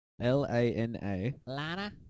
l-a-n-a